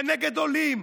זה נגד עולים,